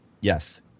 Yes